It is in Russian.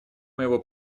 моего